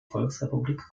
volksrepublik